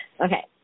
Okay